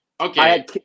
Okay